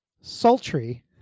sultry